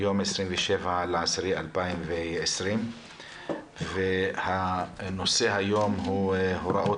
היום 27 באוקטובר 2020. הנושא היום הוא: הוראות